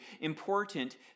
important